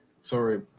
Sorry